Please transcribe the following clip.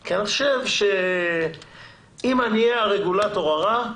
כי אני חושב שאם אני אהיה הרגולטור הרע,